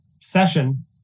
session